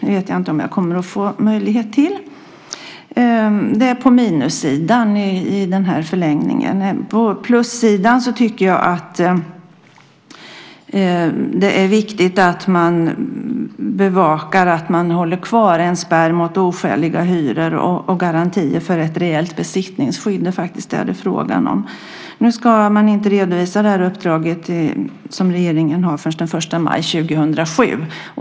Det vet jag inte om jag kommer att få möjlighet till. Detta är på minussidan i förlängningen. På plussidan tycker jag att det är viktigt att man bevakar att man håller kvar en spärr mot oskäliga hyror och att man har garantier för ett rejält besittningsskydd. Det är det som det är frågan om. Nu ska man inte redovisa det uppdrag som regeringen har förrän den 1 maj 2007.